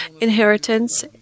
inheritance